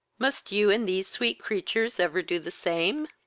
must you and these sweet creatures ever do the same?